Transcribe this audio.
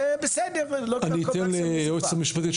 בסדר --- אייל לבנון,